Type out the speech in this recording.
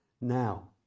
now